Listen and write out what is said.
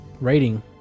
rating